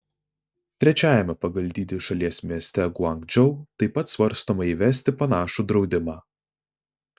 trečiajame pagal dydį šalies mieste guangdžou taip pat svarstoma įvesti panašų draudimą